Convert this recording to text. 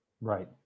Right